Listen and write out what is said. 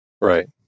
Right